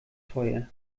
teuer